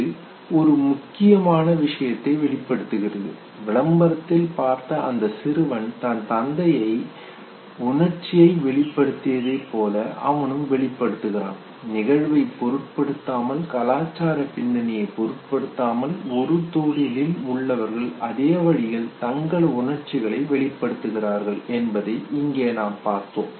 இது ஒரு முக்கியமான விஷயத்தை வெளிப்படுத்துகிறது விளம்பரத்தில் பார்த்த அந்த சிறுவன் தன் தந்தை உணர்ச்சியை வெளிப்படுத்தியதை போல அவனும் வெளிப்படுத்துகிறான் நிகழ்வைப் பொருட்படுத்தாமல் கலாச்சாரப் பின்னணியை பொருட்படுத்தாமல் ஒரு தொழிலில் உள்ளவர்கள் அதே வழியில் தங்கள் உணர்ச்சிகளை வெளிப்படுத்துகிறார்கள் என்பதை இங்கே நாம் பார்த்தோம்